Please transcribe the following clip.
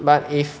but if